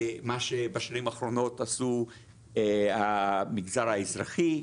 מה שבשנים האחרונות עשו המגזר האזרחי,